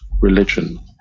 religion